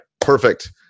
perfect